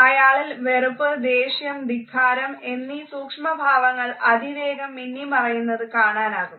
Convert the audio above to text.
അയാളിൽ വെറുപ്പ് ദേഷ്യം ധിക്കാരം എന്നീ സൂക്ഷ്മ ഭാവങ്ങൾ അതിവേഗം മിന്നി മറയുന്നത് കാണാനാകും